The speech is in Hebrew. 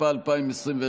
התשפ"א 2021,